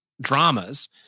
dramas